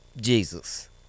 Jesus